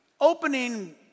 opening